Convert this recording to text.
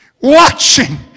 watching